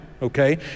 Okay